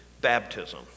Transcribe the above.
baptism